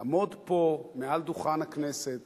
לעמוד פה מעל דוכן הכנסת